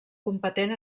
competent